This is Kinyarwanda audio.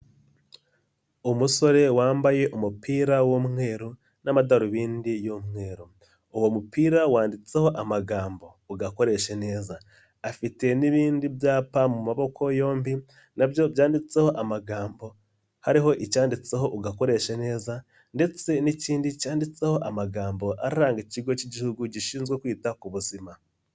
Umusore wambaye umupira w'umweru n'amadarubindi y'umweru, uwo mupira wanditseho amagambo ugakoresha neza, afite n'ibindi byapa mu maboko yombi na byo byanditseho amagambo hariho icyanditseho ugakoresha neza ndetse n'ikindi cyanditseho amagambo aranga ikigo cy'igihugu gishinzwe kwita ku buzima.